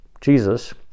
Jesus